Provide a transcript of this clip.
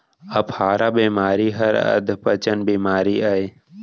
अफारा बेमारी हर अधपचन बेमारी अय